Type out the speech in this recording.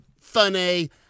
funny